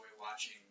watching